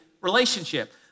relationship